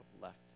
left